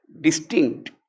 distinct